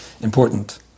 important